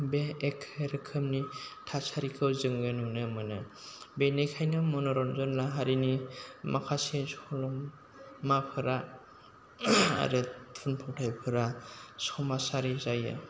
बे एखे रोखोमनि थासारिखौ जोङो नुनो मोनो बेनिखायनो मन'रन्जन लाहारीनि माखासे सल'माफोरा आरो थुनफावथाइफोरा समाजारि जायो